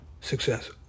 success